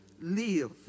live